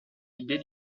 l’idée